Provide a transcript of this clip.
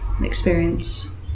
experience